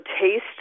taste